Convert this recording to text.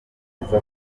iza